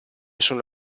sono